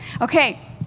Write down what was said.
Okay